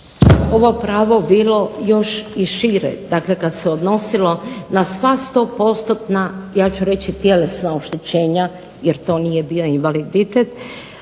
ovo pravo bilo još i šire, dakle kad se odnosilo na sva sto postotna ja ću reći tjelesna oštećenja jer to nije bio invaliditet